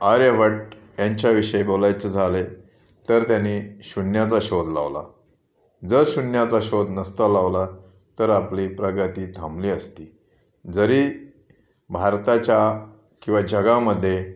आर्यभट यांच्याविषयी बोलायचं झाले तर त्यांनी शून्याचा शोध लावला जर शून्याचा शोध नसता लावला तर आपली प्रगती थांबली असती जरी भारताच्या किंवा जगामध्ये